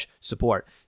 support